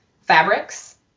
fabrics